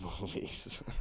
movies